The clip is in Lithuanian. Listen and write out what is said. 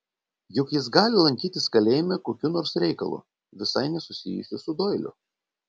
juk jis gali lankytis kalėjime kokiu nors reikalu visai nesusijusiu su doiliu